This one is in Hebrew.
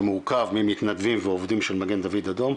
שמורכב ממתנדבים ועובדים של מגן דוד אדום,